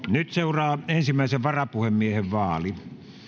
nyt seuraa ensimmäisen varapuhemiehen vaali